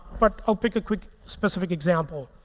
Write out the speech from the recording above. but i'll pick a quick specific example.